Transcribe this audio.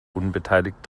unbeteiligt